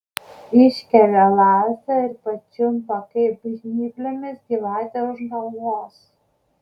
iškelia lazdą ir pačiumpa kaip žnyplėmis gyvatę už galvos